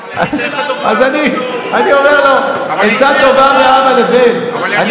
אז אני אומר לו עצה טובה מאבא לבן: אני